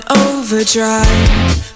overdrive